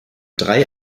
drei